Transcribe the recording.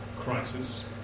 crisis